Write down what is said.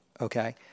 Okay